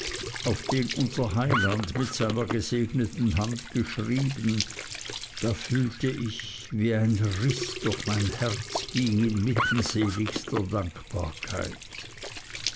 auf den unser heiland mit seiner gesegneten hand geschrieben da fühlte ich wie eine riß durch mein herz ging inmitten seligster dankbarkeit